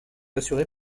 assuré